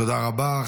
תודה רבה.